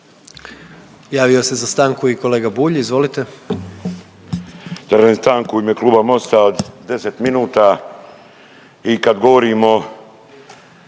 Javio se za stanku i kolega Bulj. Izvolite.